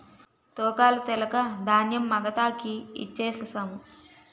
తూకాలు తెలక ధాన్యం మగతాకి ఇచ్ఛేససము